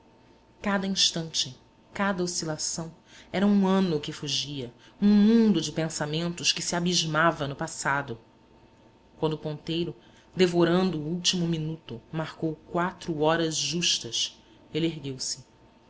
cada instante cada oscilação era um ano que fugia um mundo de pensamentos que se abismava no passado quando o ponteiro devorando o último minuto marcou quatro horas justas ele ergueu-se